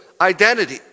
identity